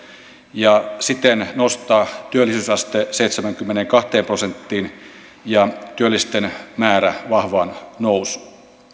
ja siten nostaa työllisyysaste seitsemäänkymmeneenkahteen prosenttiin ja työllisten määrä vahvaan nousuun